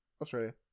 Australia